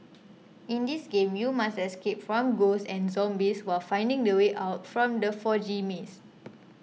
in this game you must escape from ghosts and zombies while finding the way out from the foggy maze